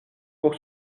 pour